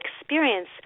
experience